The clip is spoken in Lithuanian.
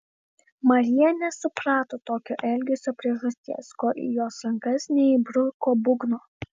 marija nesuprato tokio elgesio priežasties kol į jos rankas neįbruko būgno